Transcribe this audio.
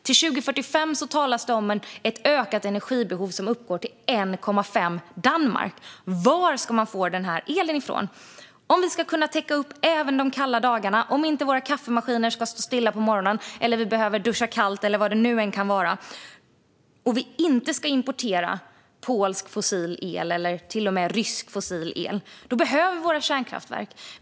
Till 2045 talas det om ett ökat energibehov som uppgår till 1,5 Danmark. Var ska man få den elen ifrån? Om vi ska kunna täcka upp även de kalla dagarna, om inte våra kaffemaskiner ska stå stilla på morgonen, om vi inte ska behöva duscha kallt eller vad det nu må vara och vi inte ska behöva importera polsk eller till och med rysk fossil el, då behöver vi våra kärnkraftverk.